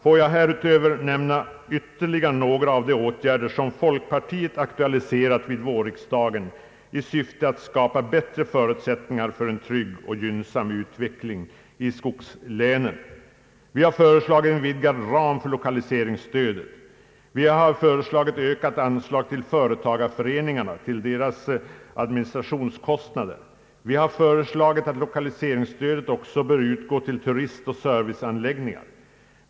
Jag vill härutöver nämna ytterligare några av de åtgärder som folkpartiet aktualiserat vid vårriksdagen i syfte att skapa bättre förutsättningar för en trygg och gynnsam utveckling i skogslänen. Vi har föreslagit en vidgad ram för lokaliseringsstödet. Vi har föreslagit ökat anslag till företagareföreningarnas = administrationskostnader. Vi har föreslagit att lokaliseringsstöd också skall utgå till turistoch serviceanläggningar.